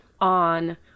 on